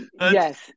yes